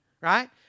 Right